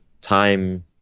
time